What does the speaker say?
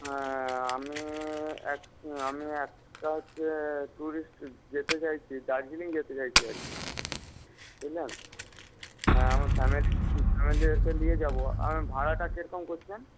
হ্যাঁ আমি এক আমি একটা হচ্ছে ট্যুরিস্ট যেতে চাইছি দার্জিলিং যেতে চাইছি আরকি বুঝলেন আর আমার ফ্যামিলি ফ্যামিলিকে নিয়ে যাব আর ভাড়াটা কী রকম করেছেন